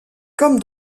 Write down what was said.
comme